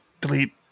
delete